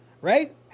right